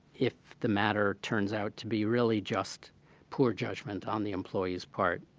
if the matter turns out to be really just poor judgment on the employee's part.